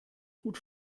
gut